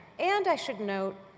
and i should note,